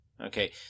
Okay